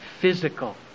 physical